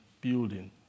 building